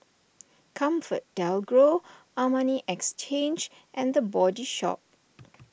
ComfortDelGro Armani Exchange and the Body Shop